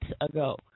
ago